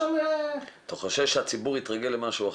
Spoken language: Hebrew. אתה חושש שהציבור התרגל למשהו אחר.